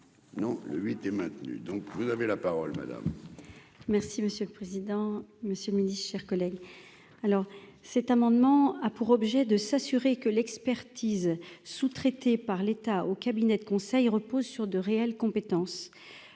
non, le huit est maintenue, donc vous avez la parole madame. Merci monsieur le président, Monsieur le Ministre, chers collègues, alors cet amendement a pour objet de s'assurer que l'expertise sous-traité par l'État aux cabinets de conseil reposent sur de réelles compétences,